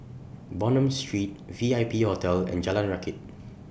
Bonham Street V I P Hotel and Jalan Rakit